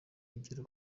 igera